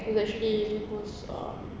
who's actually who's um